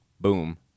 Boom